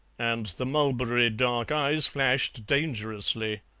and the mulberry-dark eyes flashed dangerously.